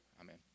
Amen